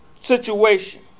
situation